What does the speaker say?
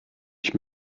ich